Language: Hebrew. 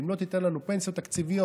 אם לא תיתן לנו פנסיות תקציביות,